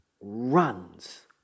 runs